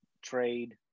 Trade